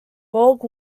borg